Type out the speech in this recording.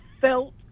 felt